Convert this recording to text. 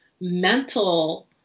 mental